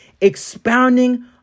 Expounding